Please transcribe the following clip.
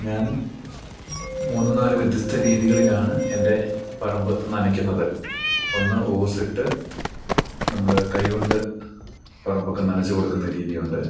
ഞാൻ മൂന്ന് നാല് വ്യത്യസ്ത രീതികളിലാണ് എൻ്റെ പറമ്പ് നനയ്ക്കുന്നത് ഒന്ന് ഓസിട്ട് നമ്മൾ കൈ കൊണ്ട് പറമ്പൊക്കെ നനച്ച് കൊടുക്കുന്ന രീതിയുണ്ട്